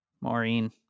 Maureen